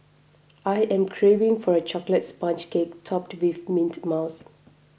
I am craving for a Chocolate Sponge Cake Topped with Mint Mousse